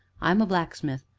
i am a blacksmith,